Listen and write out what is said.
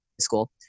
School